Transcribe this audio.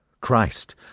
Christ